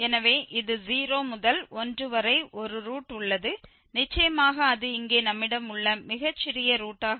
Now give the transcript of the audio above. எனவே இது 0 முதல் 1 வரை ஒரு ரூட் உள்ளது நிச்சயமாக அது இங்கே நம்மிடம் உள்ள மிகச் சிறிய ரூட்டாக இருக்கும்